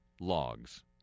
Logs